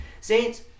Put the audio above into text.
Saints